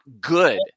good